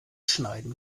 schneiden